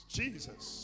Jesus